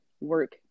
work